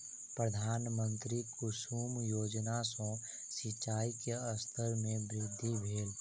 प्रधानमंत्री कुसुम योजना सॅ सिचाई के स्तर में वृद्धि भेल